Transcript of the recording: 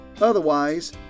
Otherwise